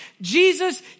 Jesus